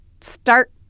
start